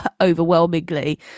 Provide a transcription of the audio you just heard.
overwhelmingly